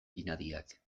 pinadiak